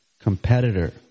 competitor